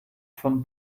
von